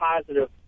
positive